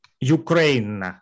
Ukraine